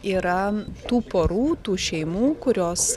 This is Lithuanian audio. yra tų porų tų šeimų kurios